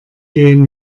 gehen